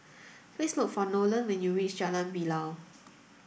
please look for Nolan when you reach Jalan Bilal